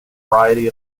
variety